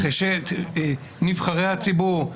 נבחרי הציבור,